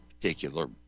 particular